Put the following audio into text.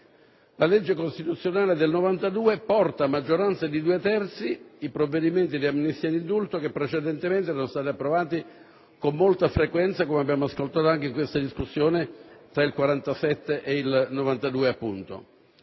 La legge costituzionale del 1992 porta a maggioranza dei due terzi i provvedimenti di amnistia e di indulto che precedentemente erano stati approvati con molta frequenza, come abbiamo ascoltato anche in questa discussione, tra il 1947 e il 1992, appunto.